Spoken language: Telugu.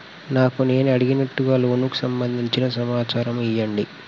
నాకు నేను అడిగినట్టుగా లోనుకు సంబందించిన సమాచారం ఇయ్యండి?